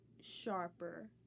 sharper